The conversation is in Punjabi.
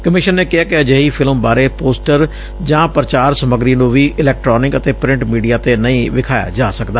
ਕਮਿਸ਼ਨ ਨੇ ਕਿਹੈ ਕਿ ਅਜਿਹੀ ਫਿਲਮ ਬਾਰੇ ਪੋਸਟਰ ਜਾਂ ਪ੍ਰਚਾਰ ਸਮੱਗਰੀ ਨੂੰ ਵੀ ਇਲੈਕਟ੍ਾਨਿਕ ਅਤੇ ਪ੍ਿੰਟ ਮੀਡੀਆ ਤੇ ਨਹੀਂ ਵਿਖਾਇਆ ਜਾ ਸਕਦਾ